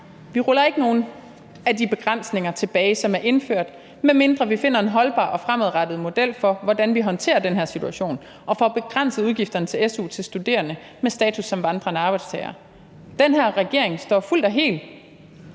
vi ruller ikke nogen af de begrænsninger tilbage, som er indført, medmindre vi finder en holdbar model for, hvordan vi fremadrettet håndterer den her situation, og for at begrænse udgifterne til su til studerende med status som vandrende arbejdstagere. Den her regering står fuldt og helt